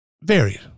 varied